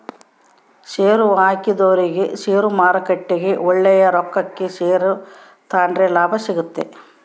ಷೇರುಹಾಕಿದೊರಿಗೆ ಷೇರುಮಾರುಕಟ್ಟೆಗ ಒಳ್ಳೆಯ ರೊಕ್ಕಕ ಷೇರನ್ನ ತಾಂಡ್ರೆ ಲಾಭ ಸಿಗ್ತತೆ